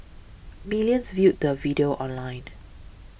millions viewed the video online